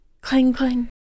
Clang-clang